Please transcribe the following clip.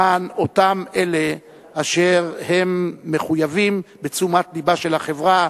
למען אותם אלה אשר הם מחייבים תשומת לבה של החברה,